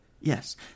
Yes